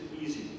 easy